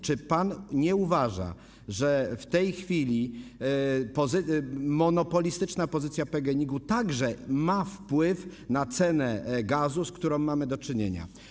Czy pan nie uważa, że w tej chwili monopolistyczna pozycja PGNiG-u także ma wpływ na cenę gazu, z którą mamy do czynienia?